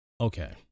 Okay